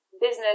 business